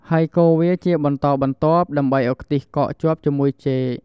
ហើយកូរវាជាបន្តបន្ទាប់ ដើម្បីឱ្យខ្ទិះកកជាប់ជាមួយចេក។